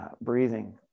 breathing